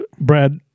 Brad